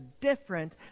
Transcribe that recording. different